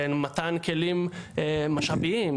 מתן כלים משאביים,